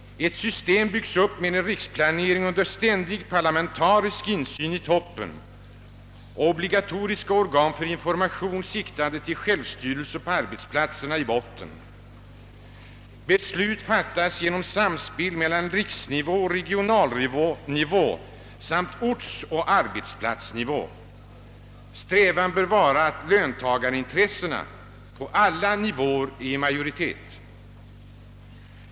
Ett system bygges upp med en riksplanering under ständig parlamentarisk insyn i toppen och obligatoriska organ för information, siktande till självstyrelse på arbetsplatserna, i botten. Beslut fattas genom samspel mellan riksnivå och regionalnivå samt ortsoch arbetsplatsnivå. Strävan bör vara att löntagarintressena på alla nivåer är i majoritet.